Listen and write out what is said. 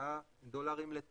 מרמות של 100 דולרים לטון